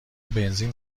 بنزین